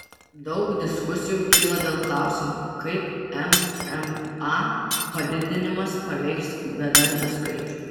daug diskusijų kyla dėl klausimo kaip mma padidinimas paveiks bedarbių skaičių